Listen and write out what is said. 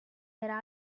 era